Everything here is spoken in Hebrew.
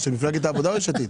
של מפלגת העבודה או יש עתיד?